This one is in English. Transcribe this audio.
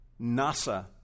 Nasa